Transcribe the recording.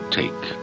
take